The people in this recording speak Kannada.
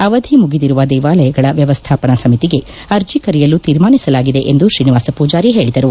ಅವಧಿ ಮುಗಿದಿರುವ ದೇವಾಲಯಗಳ ವ್ತವಸ್ಥಾಪನಾ ಸಮಿತಿಗೆ ಆರ್ಜಿ ಕರೆಯಲು ತೀರ್ಮಾನಿಸಲಾಗಿದೆ ಎಂದು ಶ್ರೀನಿವಾಸ ಪೂಜಾರಿ ಹೇಳಿದರು